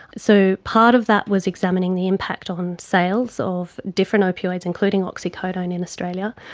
so part of that was examining the impact on sales of different opioids, including oxycodone in australia,